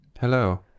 hello